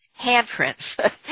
handprints